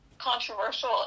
controversial